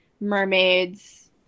Mermaids